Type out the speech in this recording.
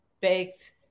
baked